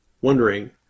wondering